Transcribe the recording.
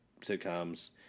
sitcoms